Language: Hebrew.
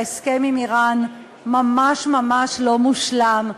ההסכם עם איראן ממש ממש לא מושלם,